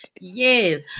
Yes